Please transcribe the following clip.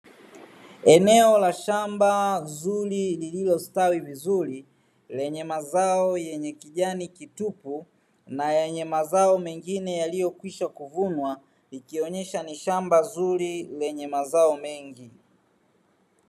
Eneo la shamba zuri, lililo sitawi vizuri lenye mazao yenye kijani kitupu na yenye mazao mengine, yaliyo kwisha kuvunwa. Ikionesha shamba zuri lenye mazao mengi.